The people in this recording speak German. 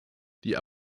die